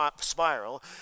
spiral